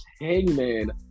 Hangman